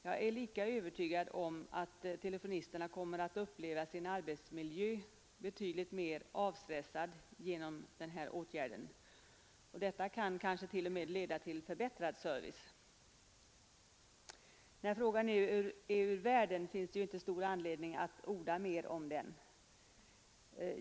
Jag är lika övertygad om att telefonisterna kommer att uppleva sin arbetsmiljö betydligt mer avstressad genom denna åtgärd, och detta kan kanske t.o.m. leda till förbättrad service. När frågan nu är ur världen, finns inte stor anledning att orda mer om den.